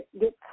get